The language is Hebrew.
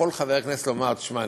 יכול חבר הכנסת לומר: תשמע,